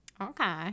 Okay